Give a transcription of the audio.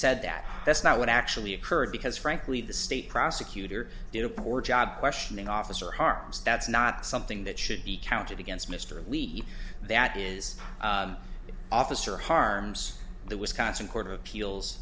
said that that's not what actually occurred because frankly the state prosecutor did a poor job questioning officer harms that's not something that should be counted against mr elite that is officer harms the wisconsin court of appeals